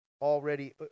already